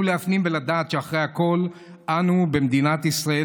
להפנים ולדעת שאחרי הכול אנו במדינת ישראל,